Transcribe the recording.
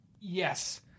Yes